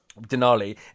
Denali